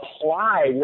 apply